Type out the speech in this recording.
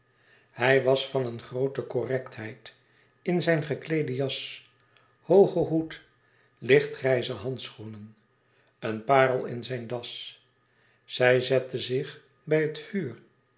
hij was van een groote correctheid in zijn gekleeede jas hoogen hoed lichtgrijze handschoenen een parel in zijn das zij zetten zich bij het vuur